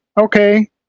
Okay